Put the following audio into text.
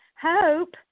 hope